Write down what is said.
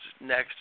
next